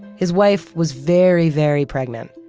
his wife was very, very pregnant.